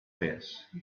face